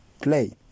play